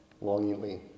longingly